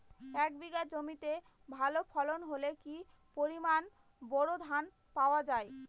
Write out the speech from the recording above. এক বিঘা জমিতে ভালো ফলন হলে কি পরিমাণ বোরো ধান পাওয়া যায়?